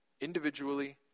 individually